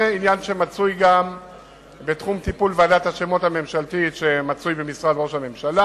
זה עניין שמצוי גם בתחום טיפול ועדת השמות הממשלתית שבמשרד ראש הממשלה.